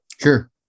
Sure